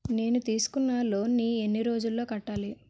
నేను తీసుకున్న లోన్ నీ ఎన్ని రోజుల్లో కట్టాలి?